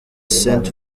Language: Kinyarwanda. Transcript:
saint